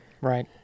Right